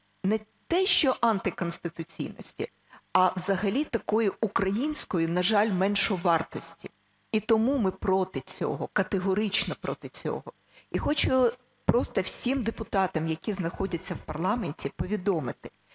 не те що антиконституційності, а взагалі такої української, на жаль, меншовартості. І тому ми проти цього, категорично проти цього. І хочу просто всім депутатам, які знаходяться в парламенті, повідомити,